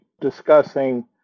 discussing